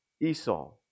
Esau